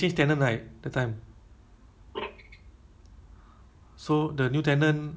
no ah oh auntie I always just say cik cik rozi ah cakap something ah